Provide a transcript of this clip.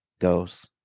goes